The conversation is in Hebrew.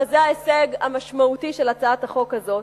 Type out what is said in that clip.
וזה ההישג המשמעותי של הצעת החוק הזו,